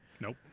Nope